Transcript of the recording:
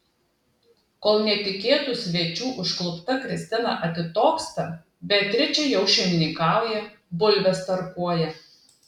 kol netikėtų svečių užklupta kristina atitoksta beatričė jau šeimininkauja bulves tarkuoja